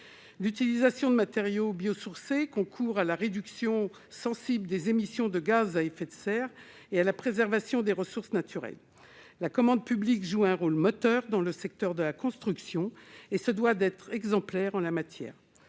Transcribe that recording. d'utilisation de matériaux biosourcés concourent à la réduction sensible des émissions de gaz à effet de serre et à la préservation des ressources naturelles, la commande publique joue un rôle moteur dans le secteur de la construction et se doit d'être exemplaire en la matière,